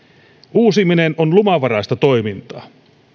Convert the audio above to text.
uusiminen on luvanvaraista toimintaa